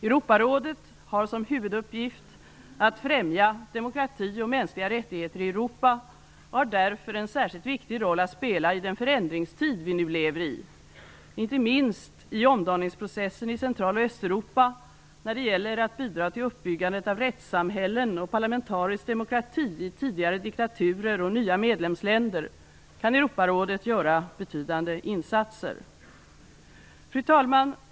Europarådet har som huvuduppgift att främja demokrati och mänskliga rättigheter i Europa och har därför en särskilt viktig roll att spela i den förändringstid vi nu lever i. Inte minst i omdaningsprocessen i Central och Östeuropa, när det gäller att bidra till uppbyggandet av rättssamhällen och parlamentarisk demokrati i tidigare diktaturer och nya medlemsländer, kan Europarådet göra betydande insatser. Fru talman!